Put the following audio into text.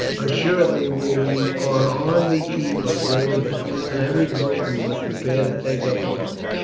assuredly we are on the eve of great events, and every briton must prepare to take up arms,